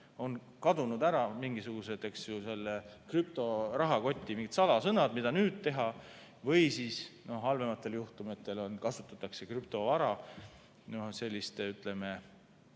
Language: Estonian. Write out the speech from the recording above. on kadunud ära mingisugused selle krüptorahakoti salasõnad, et mida nüüd teha, või halvematel juhtumitel kasutatakse krüptovara selliste, ütleme,